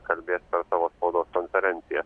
kalbės savo spaudos konferenciją